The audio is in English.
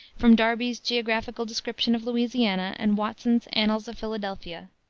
from darby's geographical description of louisiana and watson's annals of philadelphia.